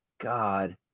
god